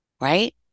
Right